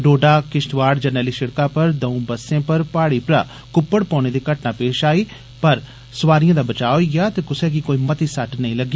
डोडा किष्तवाड़ जरनैली सड़क पर दऊ बस्सें पर प्हाड़ी परा कुप्पड़ पौने दी घटना पेष आई ऐ पर सवारिएं दा बचाव होई गेया ते कुसै गी कोई मती सट्ट नेंई लग्गी